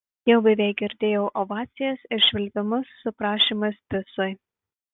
jau beveik girdėjau ovacijas ir švilpimus su prašymais bisui